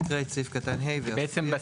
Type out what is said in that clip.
בעצם,